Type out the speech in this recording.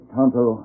Tonto